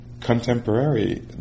contemporary